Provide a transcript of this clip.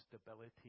stability